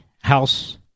House